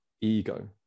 ego